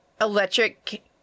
electric